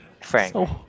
Frank